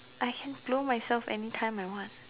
I can blow myself anytime I want